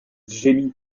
gémit